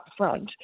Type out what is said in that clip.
upfront